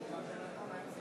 עבדאללה אבו מערוף,